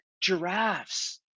giraffes